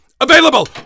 available